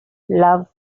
love